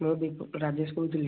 ମୁଁ ରାଜେଶ କହୁଥିଲି